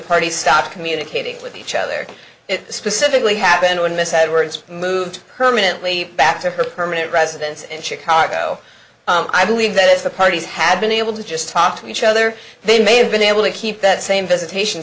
parties stopped communicating with each other specifically happened when miss had words moved permanently back to her permanent residence in chicago i believe that if the parties had been able to just talk to each other they may have been able to keep that same visitation